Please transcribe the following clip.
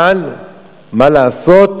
אבל מה לעשות?